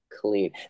clean